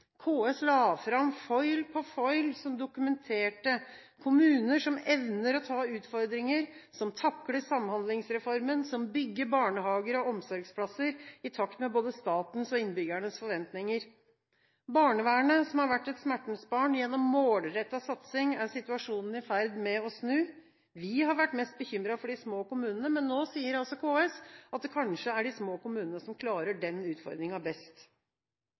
KS la fram foil på foil som dokumenterte kommuner som evner å ta utfordringer, som takler Samhandlingsreformen, som bygger barnehager og omsorgsplasser i takt med både statens og innbyggernes forventninger. Barnevernet har vært et smertens barn. Gjennom målrettet statlig satsing er situasjonen i ferd med å snu. Vi har vært mest bekymret for de små kommunene, men nå sier KS at det kanskje er de små kommunene som klarer den utfordringen best.